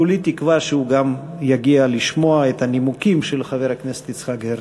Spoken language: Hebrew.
כולי תקווה שהוא גם יגיע לשמוע את הנימוקים של חבר הכנסת יצחק הרצוג.